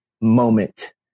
moment